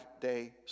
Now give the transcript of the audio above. day